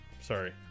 Sorry